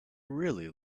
really